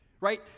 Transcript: right